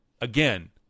Again